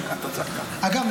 אגב,